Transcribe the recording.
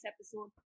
episode